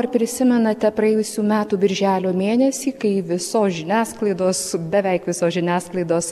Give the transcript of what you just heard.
na o ar prisimenate praėjusių metų birželio mėnesį kai visos žiniasklaidos beveik visos žiniasklaidos